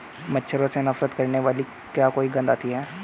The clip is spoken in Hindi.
मच्छरों से नफरत करने वाली क्या कोई गंध आती है?